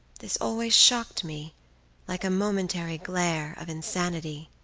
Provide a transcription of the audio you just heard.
this always shocked me like a momentary glare of insanity.